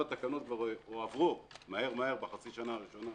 תקנות כבר הועברו מהר-מהר בחצי השנה הראשונה,